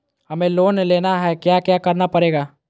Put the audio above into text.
हमें लोन लेना है क्या क्या करना पड़ेगा?